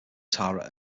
tara